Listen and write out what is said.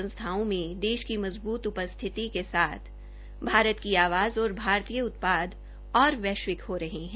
संस्थाओं में देश की मजबूत उपस्थिति के साथ भारत की आवाज़ और भारतीय उत्पाद और वैश्विक हो रहे है